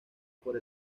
por